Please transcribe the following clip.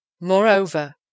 Moreover